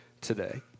today